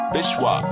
Bishwa